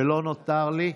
ולא נותר לי,